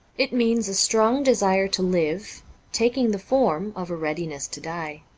it means a strong desire to live taking the form of a readiness to die.